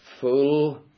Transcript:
Full